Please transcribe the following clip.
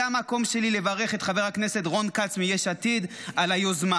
וזה המקום שלי לברך את חבר הכנסת רון כץ מיש עתיד על היוזמה.